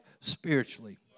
spiritually